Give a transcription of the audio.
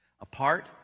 apart